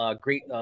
great